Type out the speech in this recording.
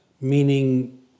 meaning